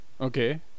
Okay